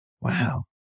Wow